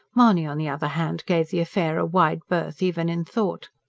mahony, on the other hand, gave the affair a wide berth even in thought.